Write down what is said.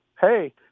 hey